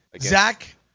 Zach